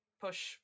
push